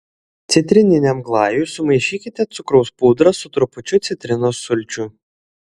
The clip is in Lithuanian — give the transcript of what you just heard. citrininiam glajui sumaišykite cukraus pudrą su trupučiu citrinos sulčių